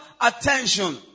attention